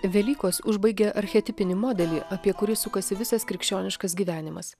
velykos užbaigia archetipinį modelį apie kurį sukasi visas krikščioniškas gyvenimas